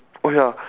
oh ya